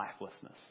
lifelessness